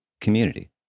community